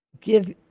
give